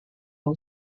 law